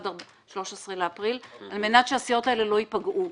עד 13 באפריל על מנת שהסיעות האלה לא ייפגעו.